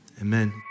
Amen